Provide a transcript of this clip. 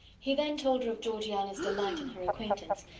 he then told her of georgiana's delight in her acquaintance,